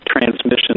transmission